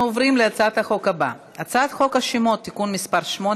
אנחנו עוברים להצעת החוק הבאה: הצעת חוק השמות (תיקון מס' 8),